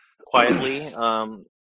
Quietly